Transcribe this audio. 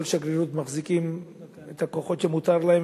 בכל שגרירות מחזיקים את הכוחות שמותר להם,